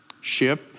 ship